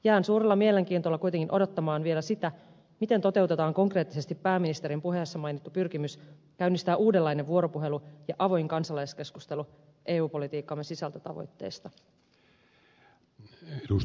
jään suurella mielenkiinnolla kuitenkin odottamaan vielä sitä miten toteutetaan konkreettisesti pääministerin puheessa mainittu pyrkimys käynnistää uudenlainen vuoropuhelu ja avoin kansalaiskeskustelu eu politiikkamme sisältötavoitteista